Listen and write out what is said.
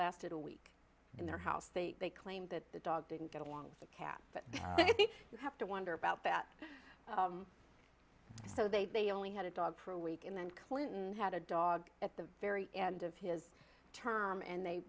lasted a week in their house they they claim that the dog didn't get along the cat but i think you have to wonder about that so they only had a dog for a week and then clinton had a dog at the very end of his term and they